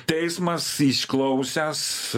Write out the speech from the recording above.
teismas išklausęs